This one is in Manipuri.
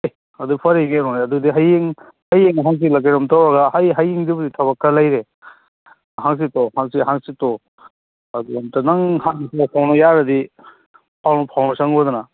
ꯑꯦ ꯑꯗꯨ ꯐꯔꯦ ꯀꯩꯅꯣꯅꯦ ꯑꯗꯨꯗꯤ ꯍꯌꯦꯡ ꯍꯌꯦꯡꯂ ꯍꯪꯆꯤꯠꯂ ꯀꯩꯅꯣꯝ ꯇꯧꯔꯒ ꯑꯩ ꯍꯌꯦꯡꯗꯨꯕꯨꯗꯤ ꯊꯕꯛ ꯈꯔ ꯂꯩꯔꯦ ꯍꯪꯆꯤꯠꯇꯣ ꯍꯪꯆꯤꯠ ꯍꯪꯆꯤꯠꯇꯣ ꯑꯗꯨꯗ ꯑꯝꯇ ꯅꯪ ꯍꯥꯟꯅ ꯄꯥꯎ ꯐꯥꯎꯅꯕ ꯌꯥꯔꯗꯤ ꯄꯥꯎ ꯐꯥꯎꯅꯁꯟꯈꯣꯗꯅ